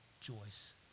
Joyce